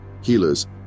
healers